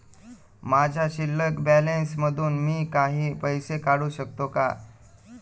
माझ्या शिल्लक बॅलन्स मधून मी काही पैसे काढू शकतो का?